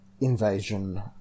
invasion